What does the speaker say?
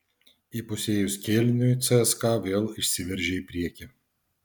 įpusėjus kėliniui cska vėl išsiveržė į priekį